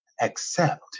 accept